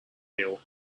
mill